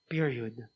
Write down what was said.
Period